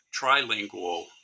trilingual